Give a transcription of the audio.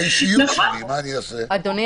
אדוני